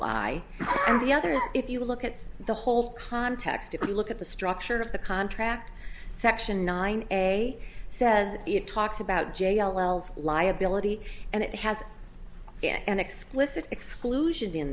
and the others if you look at the whole context if you look at the structure of the contract section nine a says it talks about j l l's liability and it has an explicit exclusion in